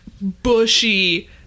bushy